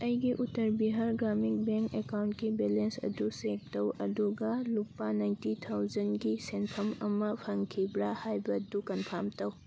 ꯑꯩꯒꯤ ꯎꯇꯔ ꯕꯤꯍꯥꯔ ꯒ꯭ꯔꯥꯃꯤꯟ ꯕꯦꯡ ꯑꯦꯀꯥꯎꯟꯀꯤ ꯕꯦꯂꯦꯟꯁ ꯑꯗꯨ ꯆꯦꯛ ꯇꯧ ꯑꯗꯨꯒ ꯂꯨꯄꯥ ꯅꯥꯏꯟꯇꯤ ꯊꯥꯎꯖꯟꯒꯤ ꯁꯦꯟꯐꯝ ꯑꯃ ꯐꯪꯈꯤꯕ꯭ꯔꯥ ꯍꯥꯏꯕꯗꯨ ꯀꯟꯐꯥꯝ ꯇꯧ